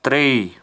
ترٛےٚ